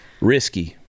Risky